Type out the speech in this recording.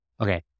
Okay